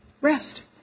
rest